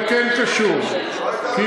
זה כן קשור, לא הייתה לכם ברירה.